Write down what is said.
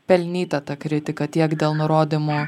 pelnyta ta kritika tiek dėl nurodymų